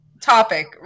topic